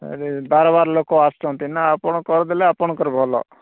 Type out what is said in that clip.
ଏଇଠି ବାର ବାର ଲୋକ ଆସୁଛନ୍ତି ନା ଆପଣ କରିଦେଲେ ଆପଣଙ୍କର ଭଲ